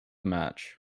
match